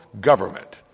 government